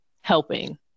helping